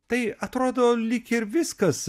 tai atrodo lyg ir viskas